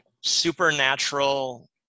supernatural